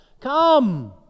come